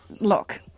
look